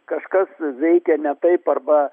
kažkas veikia ne taip arba